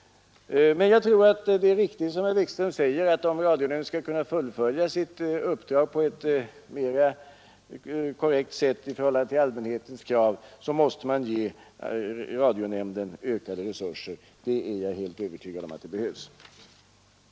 Men jag tror att det är riktigt som herr Wikström säger, att om radionämnden skall kunna fullfölja sitt uppdrag på ett mera korrekt sätt i förhållande till allmänhetens krav så måste man ge radionämnden ökade resurser. Jag är helt övertygad om att det behövs. sig, och det är det jag menar är otillfredsställande, eftersom man inte på det sättet får en helhetsbild av den tendens som utvecklingen innebär i